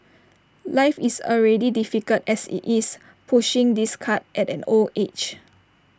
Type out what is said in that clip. life is already difficult as IT is pushing this cart at an old age